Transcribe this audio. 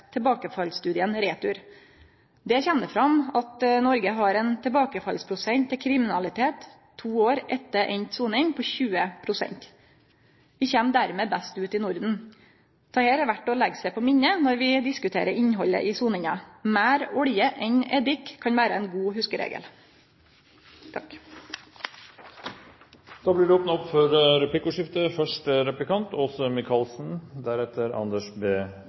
tilbakefallsstudien RETUR. Der kjem det fram at Noreg har 20 pst. tilbakefall til kriminalitet to år etter enda soning. Vi kjem dermed best ut i Norden. Dette er verdt å leggje seg på minne når vi diskuterer innhaldet i soninga. Meir olje enn eddik kan vere ein god hugseregel. Det blir åpnet for replikkordskifte